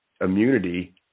immunity